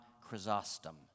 Chrysostom